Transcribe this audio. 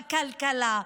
בכלכלה,